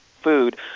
food